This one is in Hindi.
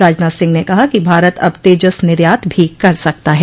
राजनाथ सिंह ने कहा कि भारत अब तेजस निर्यात भी कर सकता है